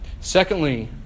Secondly